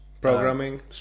programming